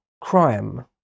crime